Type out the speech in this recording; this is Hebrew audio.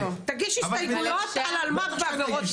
15,000. תגיש הסתייגויות על אלמ"ב בעבירות מין.